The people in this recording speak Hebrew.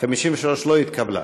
53 לא התקבלה.